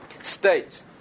state